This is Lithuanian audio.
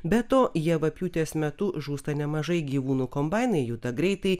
be to javapjūtės metu žūsta nemažai gyvūnų kombainai juda greitai